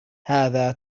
هذا